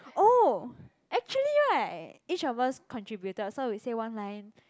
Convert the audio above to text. oh actually right each of us contributed so we say one line